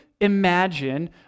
imagine